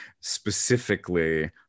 specifically